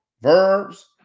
verbs